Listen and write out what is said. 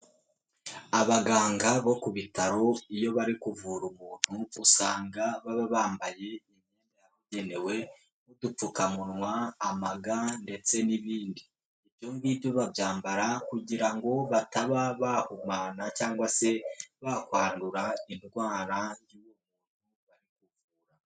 Abaganga bo ku bitaro iyo bari kuvura umuntu, usanga baba bambaye ibigenewe, nk'udupfukamunwa, amaga ndetse n'ibindi, babyambara kugira ngo bataba bahumana cyangwa se bakwandura indwara y'umuntu bari kuvura.